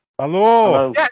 Hello